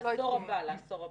לעשור הבא.